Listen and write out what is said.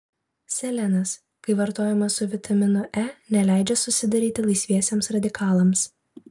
selenas kai vartojamas su vitaminu e neleidžia susidaryti laisviesiems radikalams